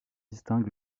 distingue